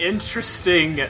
Interesting